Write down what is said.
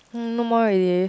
hmm no more ready